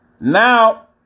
Now